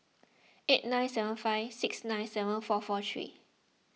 eight nine seven five six nine seven four four three